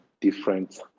different